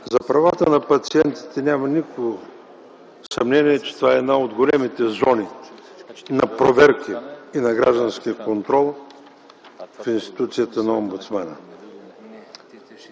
За правата на пациентите. Няма никакво съмнение, че това е една от големите зони на проверки и на граждански контрол в институцията на Омбудсмана.